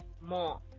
more